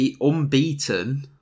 unbeaten